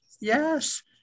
Yes